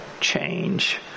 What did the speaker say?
change